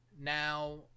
Now